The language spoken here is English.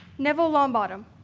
neville longbottom